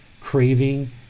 Craving